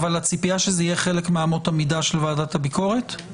אבל הציפייה שזה יהיה חלק מאמות המידה של ועדת הביקורת?